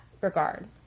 regard